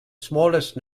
smallest